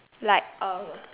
like um